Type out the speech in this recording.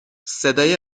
صدای